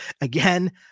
Again